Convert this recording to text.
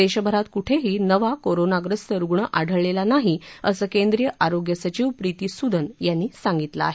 देशभरात कुठेही नवा कोरोनाग्रस्त रुग्णं आढळलेला नाही असं केंद्रीय आरोग्य सचिव प्रीती सुदन यांनी सांगितलं आहे